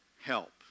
help